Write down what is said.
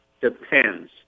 depends